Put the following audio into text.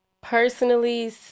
Personally